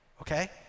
okay